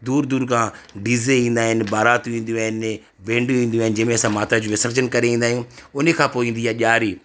दूरु दूर खां डी ज़े ईंदा आहिनि ॿारातियूं ईंदियूं आहिनि बेंडियूं ईंदियूं आहिनि जंहिं में असां माता जो विसर्जन करे ईंदा आहियूं उन्हीअ खां पोइ ईंदी आहे ॾियारी